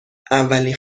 اولین